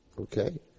Okay